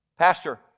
Pastor